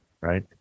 right